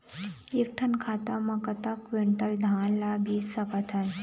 एक ठन खाता मा कतक क्विंटल धान ला बेच सकथन?